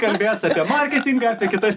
kalbės apie marketingą apie kitas